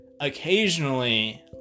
occasionally